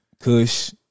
Kush